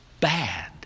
bad